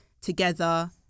together